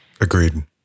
Agreed